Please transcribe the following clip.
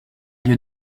lieu